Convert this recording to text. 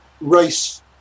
race